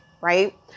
Right